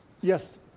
Yes